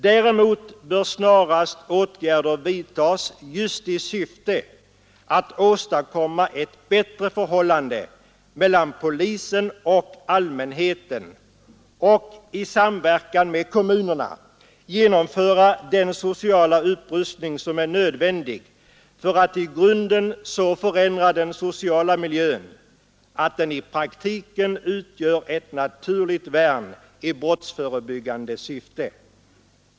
Däremot bör snarast åtgärder vidtas just i syfte att åstadkomma ett bättre förhållande mellan polisen och allmänheten och i syfte att — i samverkan med kommunerna — genomföra den sociala upprustning som är nödvändig för att i grunden så förändra den sociala miljön att den i praktiken utgör ett naturligt värn i brottsförebyggande syfte.